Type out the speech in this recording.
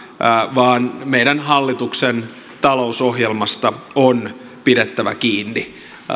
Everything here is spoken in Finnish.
vaan meidän hallituksen talousohjelmasta on pidettävä kiinni